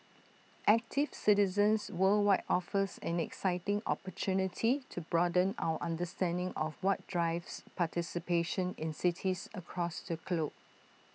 active Citizens Worldwide offers an exciting opportunity to broaden our understanding of what drives participation in cities across the globe